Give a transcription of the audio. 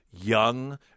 young